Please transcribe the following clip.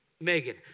Megan